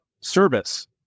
service